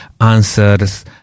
Answers